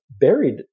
buried